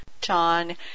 John